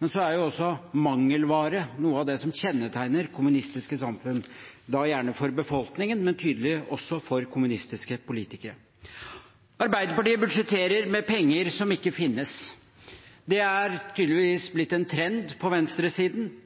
men så er også mangelvare noe av det som kjennetegner kommunistiske samfunn, gjerne for befolkningen, men tydeligvis også for kommunistiske politikere. Arbeiderpartiet budsjetterer med penger som ikke finnes. Det er tydeligvis blitt en trend på venstresiden. Miljøpartiet